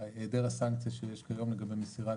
היעדר הסנקציה שיש כיום לגבי מסירת